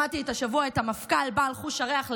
שמעתי השבוע את המפכ"ל בעל חוש הריח לגויאבות,